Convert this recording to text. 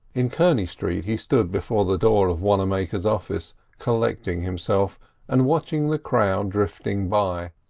in kearney street he stood before the door of wannamaker's office collecting himself and watching the crowd drifting by,